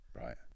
Right